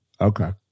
okay